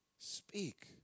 Speak